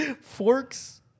forks